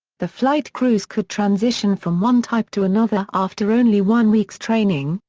the flight crews could transition from one type to another after only one week's training,